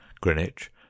Greenwich